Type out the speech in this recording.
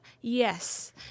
yes